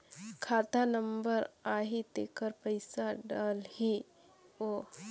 खाता नंबर आही तेकर पइसा डलहीओ?